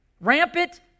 Rampant